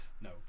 no